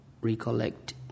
recollect